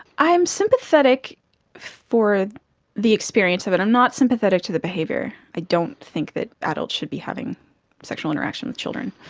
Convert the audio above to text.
i'm sympathetic for the experience of it, i'm not sympathetic to the behaviour. i don't think that adults should be having sexual interaction with children.